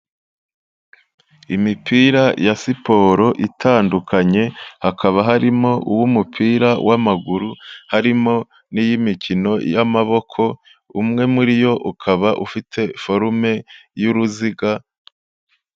Imipira ya siporo itandukanye, hakaba harimo uwu mupira w'amaguru, harimo n'iyi mikino y'amaboko, umwe muri yo ukaba ufite forume y'uruziga.